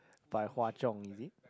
by Hwa-Chong is it